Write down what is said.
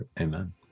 Amen